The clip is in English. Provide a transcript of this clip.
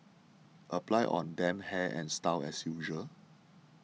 apply on damp hair and style as usual